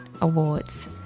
awards